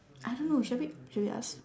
I don't know should we should we ask